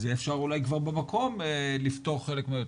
אז יהיה אפשר אולי כבר במקום לפתור חלק מהבעיות.